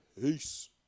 Peace